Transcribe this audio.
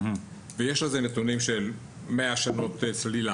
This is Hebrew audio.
יש על זה נתונים של מאה --- צלילה,